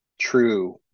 true